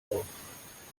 auf